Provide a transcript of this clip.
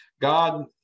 God